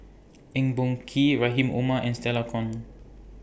Eng Boh Kee Rahim Omar and Stella Kon